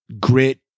grit